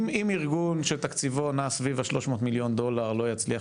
אם ארגון שתקציבו נע סביב ה- 300 מיליון דולר לא יצליח